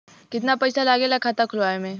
कितना पैसा लागेला खाता खोलवावे में?